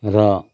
र